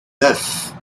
neuf